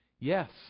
Yes